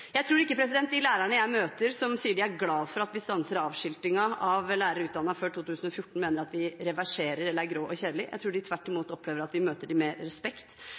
Jeg tror ikke de lærerne jeg møter, som sier de er glade for at vi stanser avskiltingen av lærere utdannet før 2014, mener at vi reverserer eller er grå og kjedelige. Jeg tror de tvert imot opplever at vi møter dem med respekt.